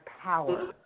power